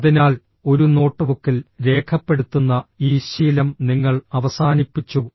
അതിനാൽ ഒരു നോട്ട്ബുക്കിൽ രേഖപ്പെടുത്തുന്ന ഈ ശീലം നിങ്ങൾ അവസാനിപ്പിച്ചു